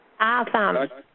Awesome